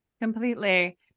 Completely